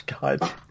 God